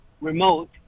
remote